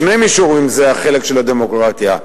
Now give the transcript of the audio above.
בשני מישורים זה החלק של הדמוקרטיה.